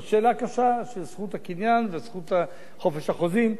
זו שאלה קשה של זכות הקניין וזכות חופש החוזים.